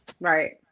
Right